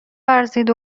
ورزید